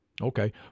Okay